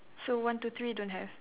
so one two three don't have